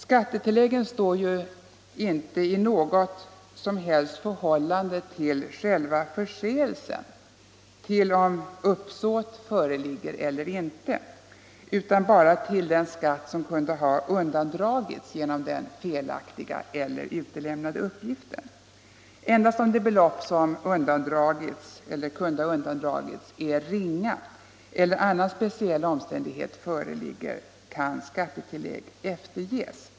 Skattetilläggen står ju inte i något som helst förhållande till själva förseelsen, till om uppsåt föreligger eller inte, utan bara till den skatt som kunde ha undandragits genom den felaktiga eller utelämnade uppgiften. Endast om det belopp som kunde ha undandragits är ringa eller annan omständighet föreligger kan skattetillägg efterges.